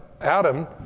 Adam